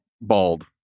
bald